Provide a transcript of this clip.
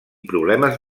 problemes